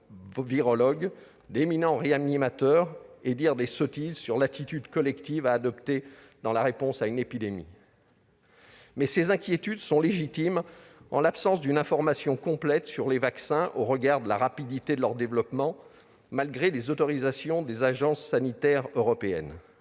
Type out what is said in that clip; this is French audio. éminent réanimateur et dire des sottises sur l'attitude collective à adopter en réponse à une épidémie. Néanmoins, ces inquiétudes sont légitimes en l'absence d'une information complète sur les vaccins, au regard de la rapidité de leur développement, malgré les autorisations délivrées par les agences sanitaires européennes.